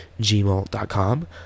gmail.com